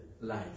life